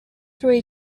through